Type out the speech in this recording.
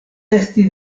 estis